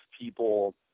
people